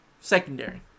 secondary